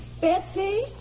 Betsy